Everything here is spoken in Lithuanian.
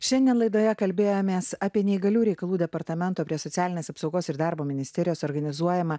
šiandien laidoje kalbėjomės apie neįgaliųjų reikalų departamento prie socialinės apsaugos ir darbo ministerijos organizuojamą